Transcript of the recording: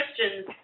Christians